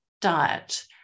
diet